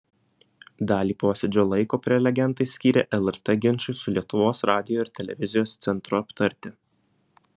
dalį posėdžio laiko prelegentai skyrė lrt ginčui su lietuvos radijo ir televizijos centru aptarti